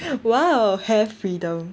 !wow! hair freedom